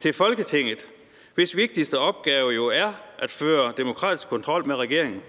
til Folketinget, hvis vigtigste opgave jo er at føre demokratisk kontrol med regeringen.